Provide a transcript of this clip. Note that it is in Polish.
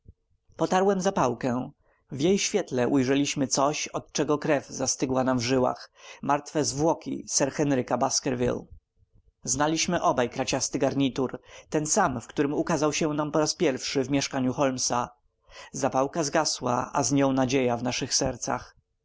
potarłem zapałkę w jej świetle ujrzeliśmy coś od czego krew zastygła nam w żyłach martwe zwłoki sir karola baskerville znaliśmy obaj kraciasty garnitur ten sam w którym ukazał nam się po raz pierwszy w mieszkaniu holmesa zapałka zgasła a z nią nadzieja w naszych sercach